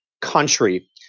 country